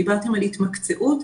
דיברתם על התמקצעות,